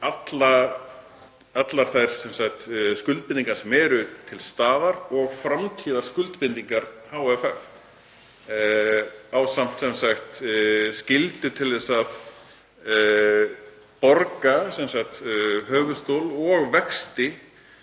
allar þær skuldbindingar sem eru til staðar og framtíðarskuldbindingar HFF ásamt skyldu til að borga höfuðstól og vexti